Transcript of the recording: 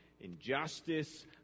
injustice